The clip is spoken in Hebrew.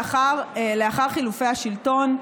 לאחר חילופי השלטון,